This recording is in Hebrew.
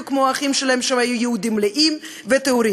כמו האחים שלהם שהיו יהודים מלאים וטהורים.